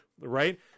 right